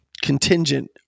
contingent